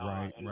Right